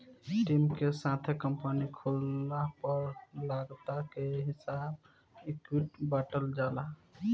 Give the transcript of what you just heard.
team के साथे company खोलला पर लागत के हिसाब से इक्विटी बॉटल जाला